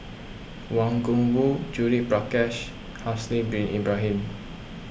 Wang Gungwu Judith Prakash Haslir Bin Ibrahim